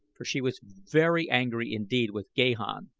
for she was very angry indeed with gahan.